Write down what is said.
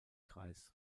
kreis